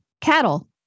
Cattle